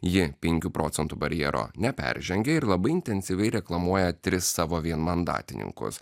ji penkių procentų barjero neperžengė ir labai intensyviai reklamuoja tris savo vienmandatininkus